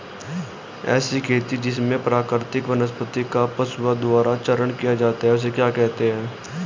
ऐसी खेती जिसमें प्राकृतिक वनस्पति का पशुओं द्वारा चारण किया जाता है उसे क्या कहते हैं?